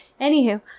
Anywho